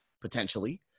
Potentially